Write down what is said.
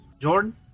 Jordan